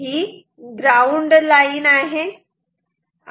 ही ground line आहे